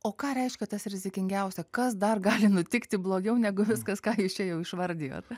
o ką reiškia tas rizikingiausia kas dar gali nutikti blogiau negu viskas ką jūs čia jau išvardijot